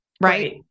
right